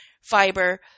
fiber